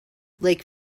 lake